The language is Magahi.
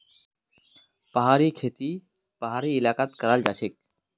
पहाड़ी खेती पहाड़ी इलाकात कराल जाछेक